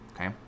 okay